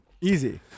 easy